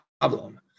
problem